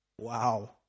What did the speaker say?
Wow